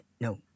No